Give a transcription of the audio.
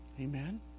Amen